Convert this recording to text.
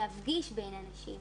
להפגיש בין אנשים